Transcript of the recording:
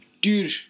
Dude